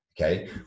Okay